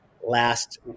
last